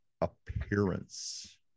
appearance